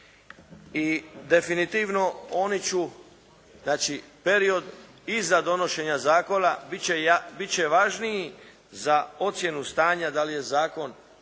i definitivno oni će, znači period iza donošenja zakona bit će važniji za ocjenu stanja da li je zakon